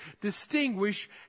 distinguish